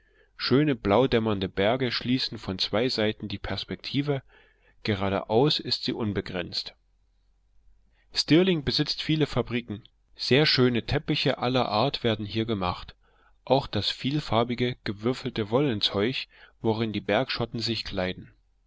schöne blaudämmernde berge schließen von zwei seiten die perspektive geradeaus ist sie unbegrenzt stirling besitzt viele fabriken sehr schöne teppiche aller art werden hier gemacht auch das vielfarbige gewürfelte wollenzeuch worin die bergschotten sich kleiden